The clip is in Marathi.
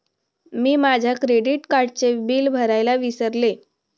मी माझ्या क्रेडिट कार्डचे बिल भरायला विसरले